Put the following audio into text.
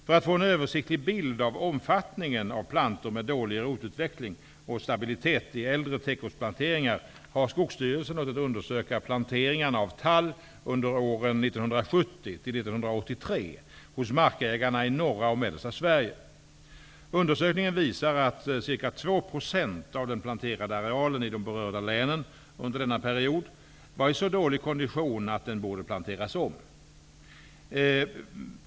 För att få en översiktlig bild av omfattningen av plantor med dålig rotutveckling och stabilitet i äldre täckrotsplanteringar har Skogsstyrelsen låtit undersöka planteringarna av tall under åren 1970-- Undersökningen visar att ca 2 % av den planterade arealen i de berörda länen under denna period var i så dålig kondition att den borde planteras om.